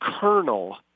kernel